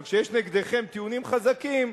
אבל כשיש נגדכם טיעונים חזקים,